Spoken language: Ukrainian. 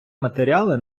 матеріали